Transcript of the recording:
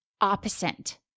opposite